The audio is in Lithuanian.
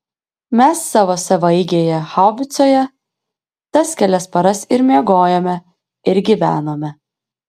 mes savo savaeigėje haubicoje tas kelias paras ir miegojome ir gyvenome